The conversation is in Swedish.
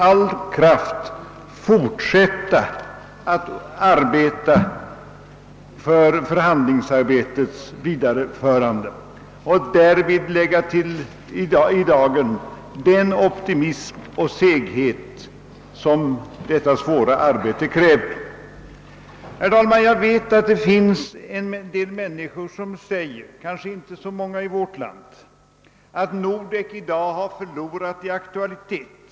all kraft fortsätta att arbeta för förhandlingarnas vidareförande och att därvid lägga i dagen den optimism och seghet som denna svåra uppgift kräver. Jag vet att det finns en del människor .— kanske inte så många i vårt land — som vill hävda att Nordek. i dag förlorat i aktualitet.